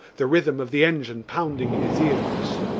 the rhythm of the engine pounding in his ears.